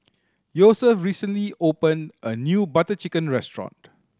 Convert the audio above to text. Yosef recently opened a new Butter Chicken restaurant